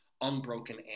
unbroken